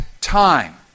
time